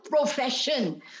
profession